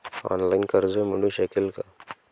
Online कर्ज मिळू शकेल का?